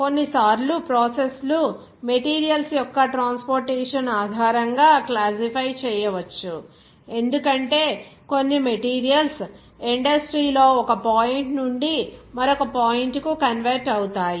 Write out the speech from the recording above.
కొన్నిసార్లు ప్రాసెస్ లు మెటీరియల్స్ యొక్క ట్రాన్స్పోర్టేషన్ ఆధారంగా క్లాసిఫై చేయవచ్చు ఎందుకంటే కొన్ని మెటీరియల్స్ ఇండస్ట్రీ లో ఒక పాయింట్ నుండి మరొక పాయింట్ కు కన్వెర్ట్ అవుతాయి